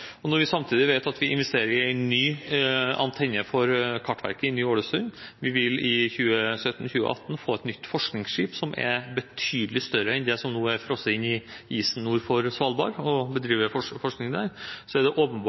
Når vi samtidig vet at vi investerer i en ny antenne for Kartverket i Ny-Ålesund – vi vil i 2017–2018 få et nytt forskningsskip som er betydelig større enn det som nå er frosset inn i isen nord for Svalbard og bedriver forskning der – er det åpenbart